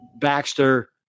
Baxter